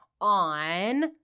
on